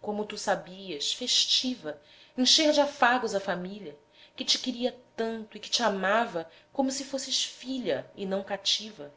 como tu sabias festiva encher de afagos a família que te queria tanto e que te amava como se fosses filha e não cativa